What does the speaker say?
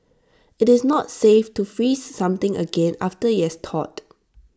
IT is not safe to freeze something again after IT has thawed